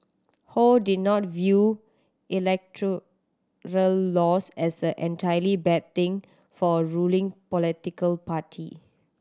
Ho did not view electoral loss as an entirely bad thing for a ruling political party